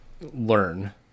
Learn